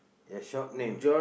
your shop name